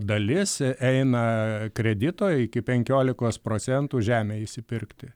dalis eina kredito iki pekiolikos procentų žemę išsipirkti